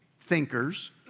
thinkers